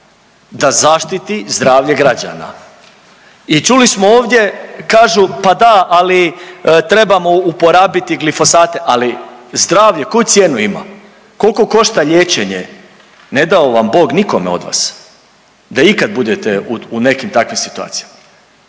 da zaštiti zdravlje građana? I čuli smo ovdje kažu pa da ali trebamo uporabiti glifosate, ali zdravlja koju cijenu ima, kolko košta liječenje? Ne dao vam Bog nikome od vas da ikad budete u nekim takvim situacijama,